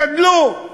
גדלו.